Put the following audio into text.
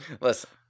Listen